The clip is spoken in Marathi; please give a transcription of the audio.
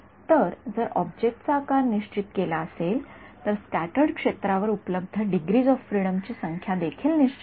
तर जर ऑब्जेक्टचा आकार निश्चित केला असेल तर स्क्याटर्ड क्षेत्रावर उपलब्ध डिग्रीज ऑफ फ्रिडमची संख्या देखील निश्चित आहे